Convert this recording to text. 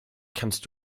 kannst